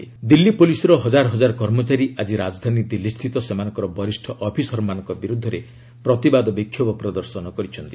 police protest Delhi ପୁଲିସ୍ର ହଜାର ହଜାର କର୍ମଚାରୀ ଆଜି ରାଜଧାନୀ ଦିଲ୍ଲୀ ସ୍ଥିତ ସେମାନଙ୍କ ବରିଷ୍ଣ ଅଫିସରମାନଙ୍କ ବିରୁଦ୍ଧରେ ପ୍ରତିବାଦ ବିକ୍ଷୋଭ ପ୍ରଦର୍ଶନ କରିଛନ୍ତି